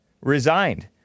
resigned